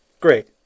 Great